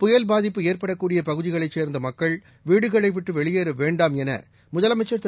புயல் பாதிப்பு ஏற்படக்கூடியபகுதிகளைச் சேர்ந்தமக்கள் வீடுகளைவிட்டுவெளியேறவேண்டாம் எனமுதலமைச்சர் திரு